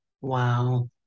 Wow